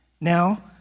Now